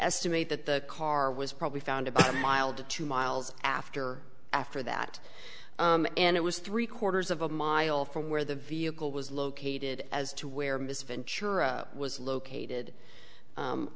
estimate that the car was probably found about a mile to two miles after after that and it was three quarters of a mile from where the vehicle was located as to where mr ventura was located